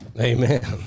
Amen